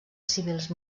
civils